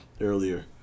earlier